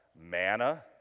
manna